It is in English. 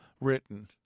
written